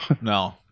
no